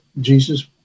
Jesus